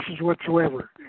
whatsoever